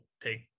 take